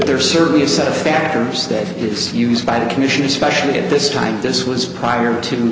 there's certainly a set of factors that is used by the commission especially at this time this was prior to